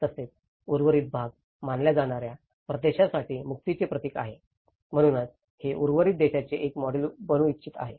तसेच उर्वरित भाग मानल्या जाणार्या प्रदेशासाठी मुक्तीचे प्रतीक आहे म्हणूनच हे उर्वरित देशाचे एक मॉडेल बनू इच्छित आहे